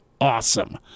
awesome